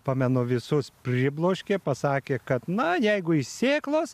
pamenu visus pribloškė pasakė kad na jeigu iš sėklos